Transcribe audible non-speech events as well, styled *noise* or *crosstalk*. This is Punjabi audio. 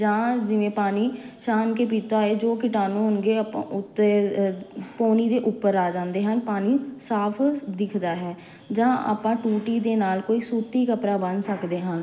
ਜਾਂ ਜਿਵੇਂ ਪਾਣੀ ਸ਼ਾਣ ਕੇ ਪੀਤਾ ਹੈ ਜੋ ਕੀਟਾਣੂ ਹੋਣਗੇ ਆਪਾਂ ਉੱਤੇ *unintelligible* ਪੋਣੀ ਦੇ ਉੱਪਰ ਆ ਜਾਂਦੇ ਹਨ ਪਾਣੀ ਸਾਫ਼ ਦਿਖਦਾ ਹੈ ਜਾਂ ਆਪਾਂ ਟੂਟੀ ਦੇ ਨਾਲ ਕੋਈ ਸੂਤੀ ਕਪੜਾ ਬੰਨ ਸਕਦੇ ਹਾਂ